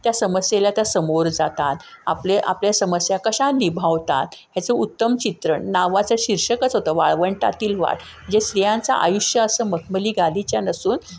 त्या समस्येला त्या समोर जातात आपले आपल्या समस्या कशा निभावतात ह्याचं उत्तम चित्रण नावाचं शीर्षकच होतं वाळवंटातील वाट जे स्त्रियांचं आयुष्य असं मखमली गालीचा नसून